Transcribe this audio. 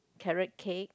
carrot cake